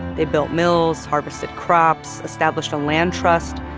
they built mills, harvested crops, established a land trust.